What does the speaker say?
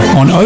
on